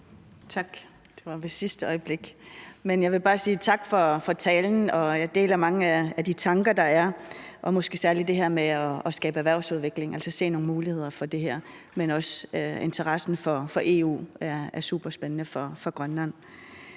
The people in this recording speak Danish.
Tak. Det var i sidste øjeblik, men jeg vil bare sige tak for talen. Jeg deler mange af de tanker, der er, og måske særlig det her med at skabe erhvervsudvikling, altså at se nogle muligheder for det her, men også interessen for EU er superspændende for Grønland.